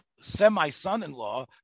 semi-son-in-law